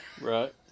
Right